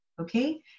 Okay